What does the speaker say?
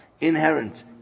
inherent